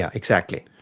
yeah exactly.